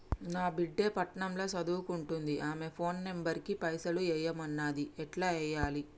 నా బిడ్డే పట్నం ల సదువుకుంటుంది ఆమె ఫోన్ నంబర్ కి పైసల్ ఎయ్యమన్నది ఎట్ల ఎయ్యాలి?